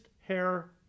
hair